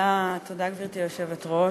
גברתי היושבת-ראש,